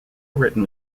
written